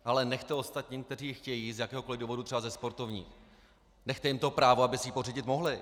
Ale nechte ostatním, kteří ji chtějí, z jakéhokoli důvodů, třeba ze sportovních, nechte jim to právo, aby si ji pořídit mohli.